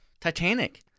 titanic